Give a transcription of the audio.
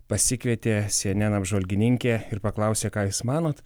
pasikvietė cnn apžvalgininkė ir paklausė ką jūs manot